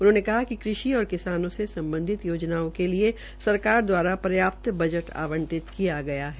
उन्होंने कहा कि कृषि और किसानों में सम्बधित योजनाओं के लिए सरकार द्वारा पर्याप्त बज् आंवपित किया गया है